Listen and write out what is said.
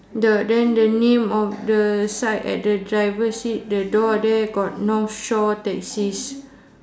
the then the name of the side at the driver seat the door there got north shore taxis